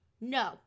no